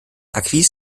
acquis